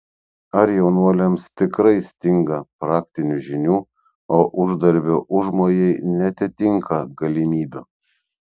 ar jaunuoliams tikrai stinga praktinių žinių o uždarbio užmojai neatitinka galimybių